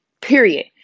Period